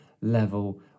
level